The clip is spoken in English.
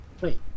Wait